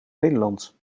nederland